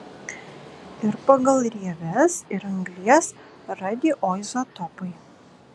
ir pagal rieves ir anglies radioizotopai